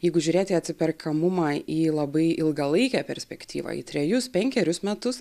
jeigu žiūrėti į atsiperkamumą į labai ilgalaikę perspektyvą į trejus penkerius metus